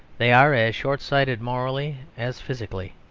they are as shortsighted morally as physically.